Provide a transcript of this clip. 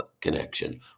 connection